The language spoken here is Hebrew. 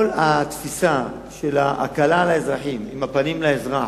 כל התפיסה של הקלה על האזרחים, עם הפנים לאזרח,